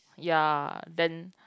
ya then